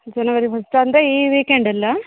ಜನವರಿ first ಅಂದರೆ ಈ ವೀಕೆಂಡಲ್ಲಾ